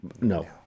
No